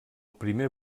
primer